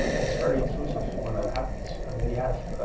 it's very intrusive when that happens. we have